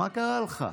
מה קרה לך?